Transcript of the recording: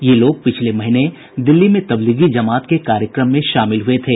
ये लोग पिछले महीने दिल्ली में तबलीगी जमात के कार्यक्रम में शामिल हुए थे